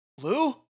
Lou